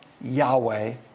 Yahweh